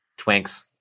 twinks